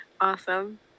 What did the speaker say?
Awesome